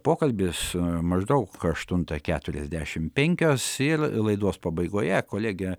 pokalbis maždaug aštuntą keturiasdešimt penkios ir laidos pabaigoje kolegė